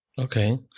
Okay